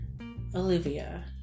Olivia